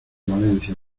valencia